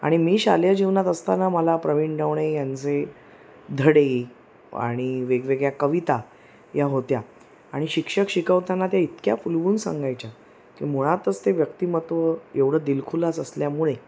आणि मी शालेय जीवनात असताना मला प्रवीण दवणे यांचे धडे आणि वेगवेगळ्या कविता या होत्या आणि शिक्षक शिकवताना त्या इतक्या फुलवून सांगायच्या की मुळातच ते व्यक्तिमत्व एवढं दिलखुलाच असल्यामुळे